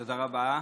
תודה רבה,